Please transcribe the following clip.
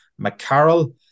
McCarroll